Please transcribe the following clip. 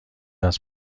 است